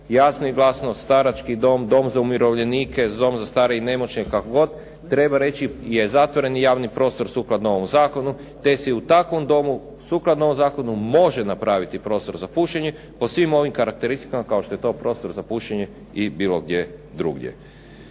Jasno i glasno, starački dom, dom za umirovljenike, dom za stare i nemoćne, kako god treba reći, je zatvoreni javni prostor sukladno ovom zakonu, te se i u takvom domu sukladno ovom zakonu može napraviti prostor za pušenje, po svim ovim karakteristikama kao što je to prostor za pušenje i bilo gdje drugdje.